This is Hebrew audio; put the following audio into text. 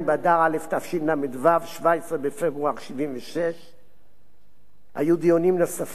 17 בפברואר 1976. היו דיונים נוספים בא' בחשוון תשל"ז,